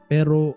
Pero